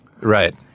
Right